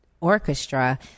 orchestra